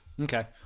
Okay